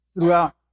throughout